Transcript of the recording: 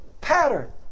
pattern